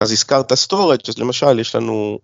אז הזכרת סטורג', אז למשל יש לנו